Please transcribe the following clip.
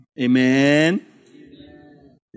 Amen